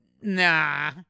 nah